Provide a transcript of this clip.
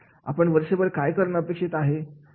आपण वर्षभर काय करणे अपेक्षित आहे